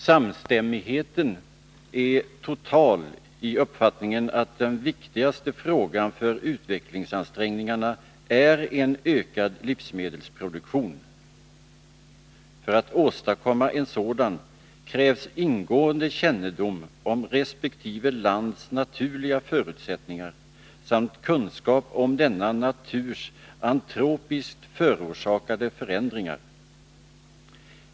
Samstämmigheten är total i uppfattningen att den viktigaste frågan för utvecklingsansträngningarna är en ökad livsmedelsproduktion. För att åstadkomma en sådan krävs ingående kännedom om resp. lands naturliga förutsättningar samt kunskap om denna naturs antropiskt förorsakade förändringar.